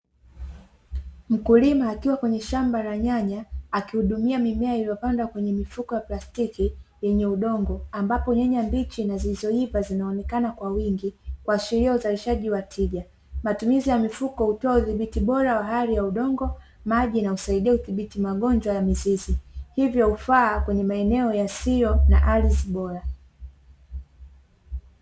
Mkulima akiwa kwenye shamba la nyanya, akuhudumia mimea iliyopandwa kwenye mifuko ya plastiki yenye udongo, ambapo nyanya mbichi na zilizoiva zinaonekana kwa wingi kuashiria uzalishaji wa tija, matumizi ya mifuko hutoa udhibiti bora wa hali ya udongo, maji na husaidia udhibiti magonjwa ya mizizi, hivyo hufaa kwenye maeneo yasiyo na ardhi bora.